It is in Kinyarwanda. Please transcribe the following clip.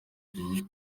ibiri